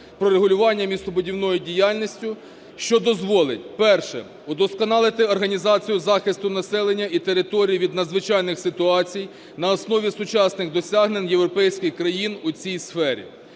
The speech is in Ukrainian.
"Про регулювання містобудівної діяльності". Що дозволить: Перше – удосконалити організацію захисту населення і територій від надзвичайних ситуацій на основі сучасних досягнень європейських країн у цій сфері.